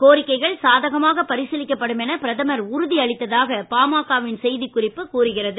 கோரிக்கைகள் சாதகமாக பரிசீலிக்கப்படும் என பிரதமர் உறுதி அளித்ததாக பாமகவின் செய்திக் குறிப்பு கூறுகிறது